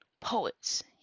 poets